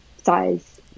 size